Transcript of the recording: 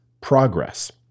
progress